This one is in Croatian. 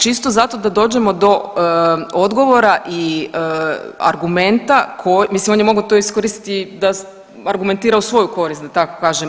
Čist zato da dođemo do odgovora i argumenta, mislim on je to mogao iskoristiti da argumentira u svoju korist da tako kažem.